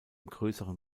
größeren